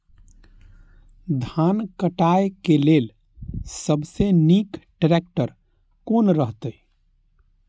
धान काटय के लेल सबसे नीक ट्रैक्टर कोन रहैत?